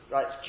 Right